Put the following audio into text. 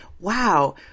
Wow